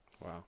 Wow